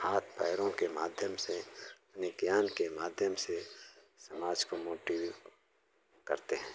हाथ पैरों के माध्यम से अपने ज्ञान के माध्यम से समाज को मोटिव करते हैं